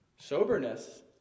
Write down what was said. Soberness